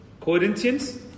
Corinthians